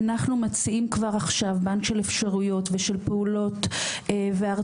אנחנו מציעים כבר עכשיו בנק של אפשרויות ושל פעולות והרצאות,